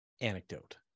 anecdote